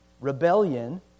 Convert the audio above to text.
rebellion